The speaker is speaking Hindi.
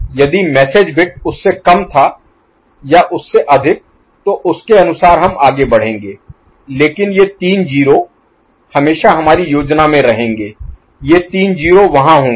यदि मैसेज Message संदेश बिट उससे कम था या उससे अधिक तो उसके अनुसार हम आगे बढ़ेंगे लेकिन ये तीन 0 हमेशा हमारी योजना में रहेंगे ये तीन 0 वहां होंगे